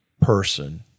person